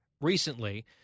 recently